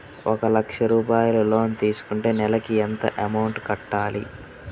ఒక లక్ష రూపాయిలు లోన్ తీసుకుంటే నెలకి ఎంత అమౌంట్ కట్టాలి?